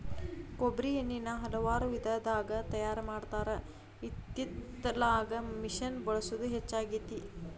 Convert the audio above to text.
ಕೊಬ್ಬ್ರಿ ಎಣ್ಣಿನಾ ಹಲವಾರು ವಿಧದಾಗ ತಯಾರಾ ಮಾಡತಾರ ಇತ್ತಿತ್ತಲಾಗ ಮಿಷಿನ್ ಬಳಸುದ ಹೆಚ್ಚಾಗೆತಿ